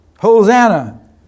Hosanna